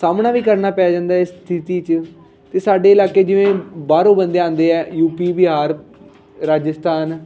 ਸਾਹਮਣੇ ਵੀ ਕਰਨਾ ਪੈ ਜਾਂਦਾ ਇਸ ਸਥਿਤੀ 'ਚ ਅਤੇ ਸਾਡੇ ਇਲਾਕੇ ਜਿਵੇਂ ਬਾਹਰੋਂ ਬੰਦੇ ਆਉਂਦੇ ਹੈ ਯੂ ਪੀ ਬਿਹਾਰ ਰਾਜਸਥਾਨ